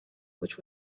which